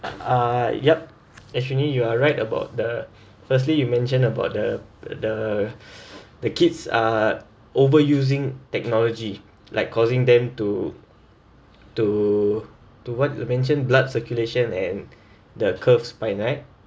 uh yup actually you are right about the firstly you mentioned about the the the the kids are overusing technology like causing them to to to what you mentioned blood circulation and the curves by night